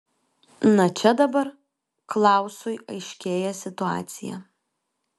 na čia dabar klausui aiškėja situacija